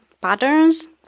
patterns